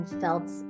felt